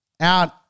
out